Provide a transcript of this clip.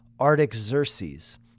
Artaxerxes